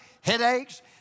headaches